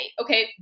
okay